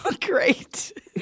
Great